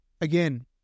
again